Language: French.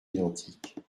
identiques